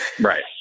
Right